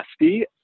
Nasty